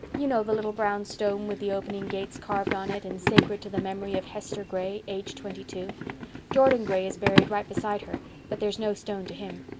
you know the little brown stone with the opening gates carved on it and sacred to the memory of hester gray, aged twenty-two jordan gray is buried right beside her but there's no stone to him.